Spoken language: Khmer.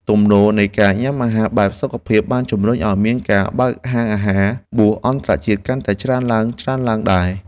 ទំនោរនៃការញ៉ាំអាហារបែបសុខភាពបានជំរុញឱ្យមានការបើកហាងអាហារបួសអន្តរជាតិកាន់តែច្រើនឡើងៗដែរ។